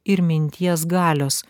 ir minties galios